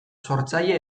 sortzaile